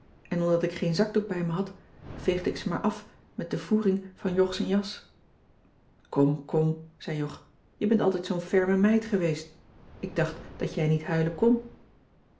en omdat ik geen zakdoek bij me had veegde ik ze maar af met de voering van jog z'n jas kom kom zei jog je bent altijd zoo'n ferme meid geweest ik dacht dat jij niet huilen kon